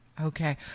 Okay